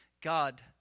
God